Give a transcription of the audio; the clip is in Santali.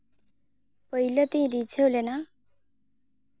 ᱯᱳᱭᱞᱳ ᱛᱮᱧ ᱨᱤᱡᱷᱟᱹᱣ ᱞᱮᱱᱟ